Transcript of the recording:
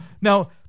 Now